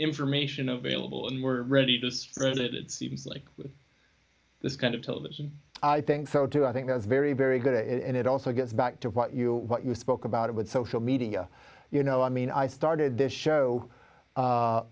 information available and we're ready to spread it seems like this kind of pill that i think so too i think that's very very good and it also gets back to what you what you spoke about it with social media you know i mean i started this show